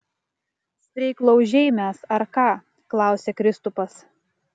streiklaužiai mes ar ką klausia kristupas